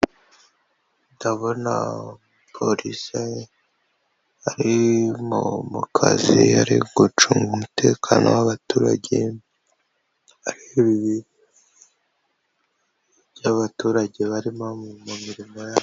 Ndabona polisi ari mu kazi ari gucunga umutekano w'abaturage areba iby'abaturage barimo mu mirimo yabo.